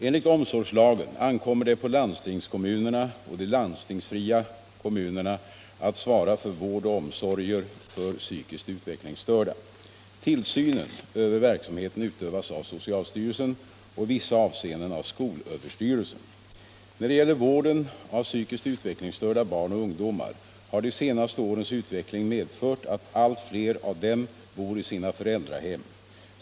Enligt omsorgslagen ankommer det på landstingskommunerna och de landstingsfria kommunerna att svara för vård och omsorger för psykiskt utvecklingsstörda. Tillsynen över verksamheten utövas av socialstyrelsen och i vissa avseenden av skolöverstyrelsen. När det gäller vården av psykiskt utvecklingsstörda barn och ungdomar har de senare årens utveckling medfört att allt fler av dem bor i sina föräldrahem.